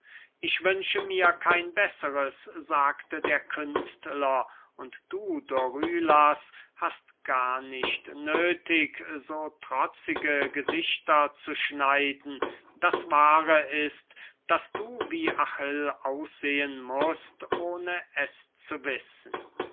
ich wünsche mir kein besseres sagte der künstler und du dorylas hast gar nicht nöthig so trotzige gesichter zu schneiden das wahre ist daß du wie achill aussehen mußt ohne es zu wissen